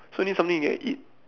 it's only something you can eat